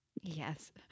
Yes